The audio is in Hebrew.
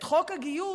את חוק הגיוס,